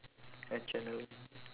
adrenaline